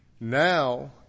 Now